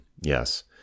Yes